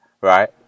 right